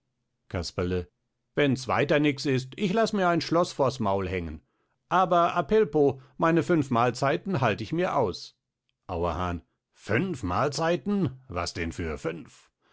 casperle wenns weiter nix ist ich laß mir ein schloß vors maul hängen aber apelpo meine fünf malzeiten halt ich mir aus auerhahn fünf malzeiten was denn für fünf